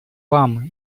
вам